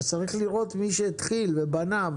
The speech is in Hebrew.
צריך לראות מי שהתחיל ובנה,